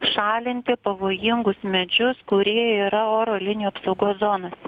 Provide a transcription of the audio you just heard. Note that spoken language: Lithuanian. šalinti pavojingus medžius kurie yra oro linijų apsaugos zonose